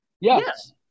Yes